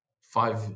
Five